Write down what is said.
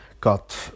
Got